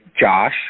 Josh